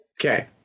Okay